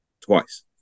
twice